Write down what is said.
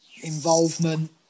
involvement